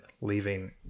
leaving